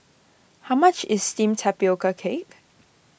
how much is Steamed Tapioca Cake